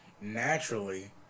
naturally